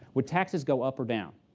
would taxes go up or down?